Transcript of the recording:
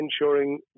ensuring